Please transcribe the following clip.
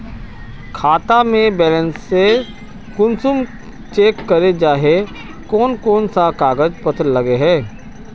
खाता में बैलेंस कुंसम चेक करे जाय है कोन कोन सा कागज पत्र लगे है?